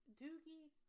doogie